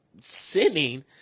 sinning